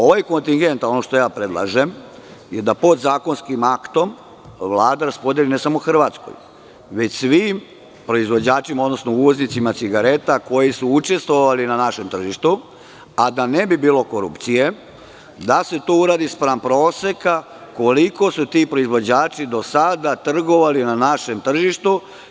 Ovaj kontingent, ono što ja predlažem, je da podzakonskim aktom Vlada raspodeli ne samo Hrvatskoj, već svim proizvođačima, odnosno uvoznicima cigareta koji su učestvovali na našem tržištu, a da ne bi bilo korupcije, da se to uradi spram proseka koliko su ti proizvođači do sada trgovali na našem tržištu.